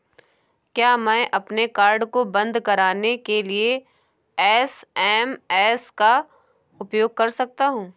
क्या मैं अपने कार्ड को बंद कराने के लिए एस.एम.एस का उपयोग कर सकता हूँ?